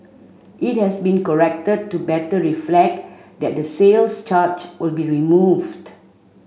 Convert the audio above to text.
it has been corrected to better reflect that the sales charge will be removed